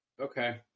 Okay